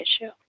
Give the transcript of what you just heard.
issue